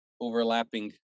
overlapping